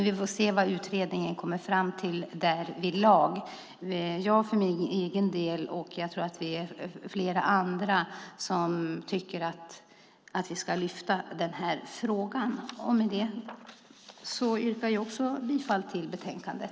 Vi får se vad utredningen kommer fram till därvidlag. Jag för min del tycker, och jag tror flera andra, att vi ska lyfta fram den här frågan. Med det yrkar jag bifall till förslaget i betänkandet.